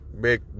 big